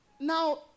now